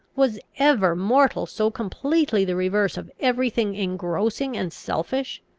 was ever mortal so completely the reverse of every thing engrossing and selfish?